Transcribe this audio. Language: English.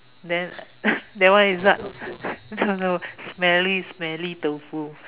then that one is what smelly smelly tofu